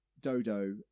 Dodo